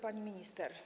Pani Minister!